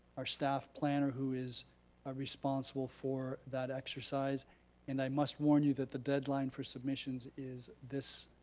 our staff planner, who is ah responsible for that exercise and i must warn you that the deadline for submissions is this.